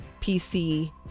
PC